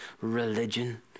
religion